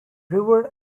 river